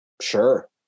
Sure